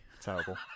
Terrible